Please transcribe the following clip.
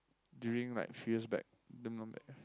during like few years back